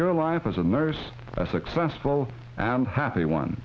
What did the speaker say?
your life as a nurse a successful and happy one